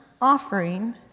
offering